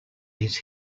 his